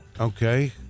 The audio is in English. okay